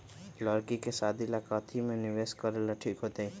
लड़की के शादी ला काथी में निवेस करेला ठीक होतई?